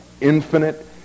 infinite